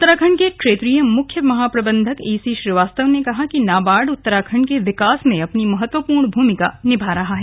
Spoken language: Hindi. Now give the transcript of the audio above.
उत्तराखंड के क्षेत्रीय मुख्य महाप्रबंधक एसी श्रीवास्तव ने कहा कि नाबार्ड उत्तराखंड के विकास में अपनी महत्वपूर्ण भूमिका निभा रहा है